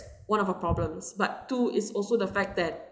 one of the problems but two is also the fact that